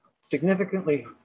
significantly